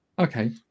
Okay